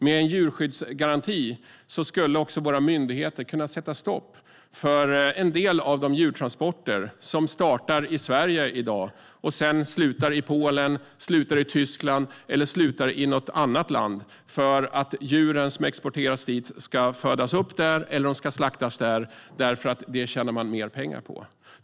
Med en djurskyddsgaranti skulle också våra myndigheter kunna sätta stopp för en del av de djurtransporter som i dag startar i Sverige och slutar i Polen, Tyskland eller i något annat land, för att djuren som exporteras dit ska födas upp eller slaktas där eftersom man tjänar mer pengar på det.